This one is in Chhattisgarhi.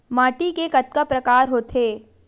माटी के कतका प्रकार होथे?